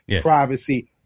privacy